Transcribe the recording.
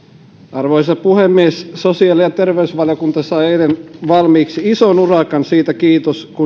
arvoisa puhemies sosiaali ja terveysvaliokunta sai eilen valmiiksi ison urakan siitä kiitos kun